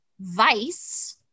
vice